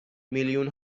میلیون